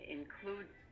includes